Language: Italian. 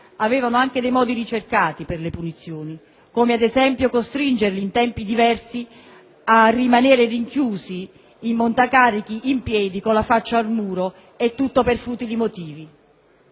avevano anche modi «ricercati» per le punizioni, come, ad esempio, «costringerli in tempi diversi a rimanere rinchiusi in un montacarichi in piedi con la faccia al muro» e tutto per futili motivi.